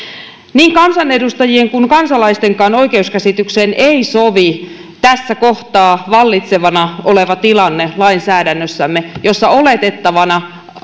niin kansanedustajien kuin kansalaistenkaan oikeuskäsitykseen ei sovi se tässä kohtaa vallitsevana oleva tilanne lainsäädännössämme että oletettavana